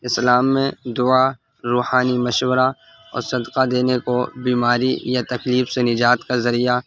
اسلام میں دعا روحانی مشورہ اور صدقہ دینے کو بیماری یا تکلیف سے نجات کا ذریعہ